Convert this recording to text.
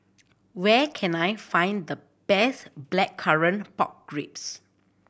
where can I find the best Blackcurrant Pork Ribs